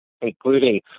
including